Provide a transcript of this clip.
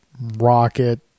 rocket